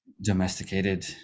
Domesticated